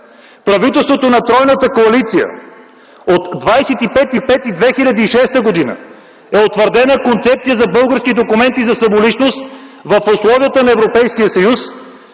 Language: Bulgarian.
правителството на тройната коалиция, от 25 май 2006 г. е утвърдена концепция за българските документи за самоличност в условията на Европейския съюз,